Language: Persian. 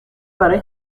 برای